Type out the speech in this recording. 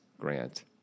Grant